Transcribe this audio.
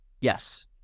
Yes